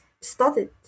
started